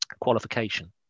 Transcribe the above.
qualification